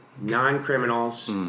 non-criminals